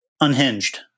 unhinged